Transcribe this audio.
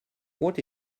what